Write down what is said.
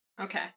Okay